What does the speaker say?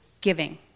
giving